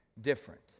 different